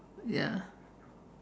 ya